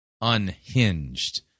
unhinged